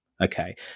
okay